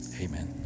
Amen